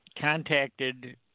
contacted